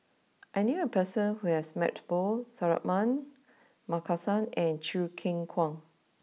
I knew a person who has met both Suratman Markasan and Choo Keng Kwang